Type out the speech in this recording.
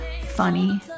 funny